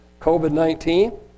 COVID-19